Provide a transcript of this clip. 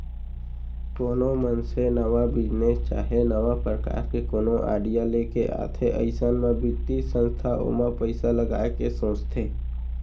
कोनो मनसे नवा बिजनेस चाहे नवा परकार के कोनो आडिया लेके आथे अइसन म बित्तीय संस्था ओमा पइसा लगाय के सोचथे